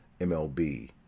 MLB